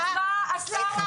אבל נאמר: עד שתתחיל החקיקה.